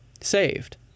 saved